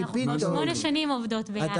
אנחנו כבר שמונה שנים עובדות ביחד.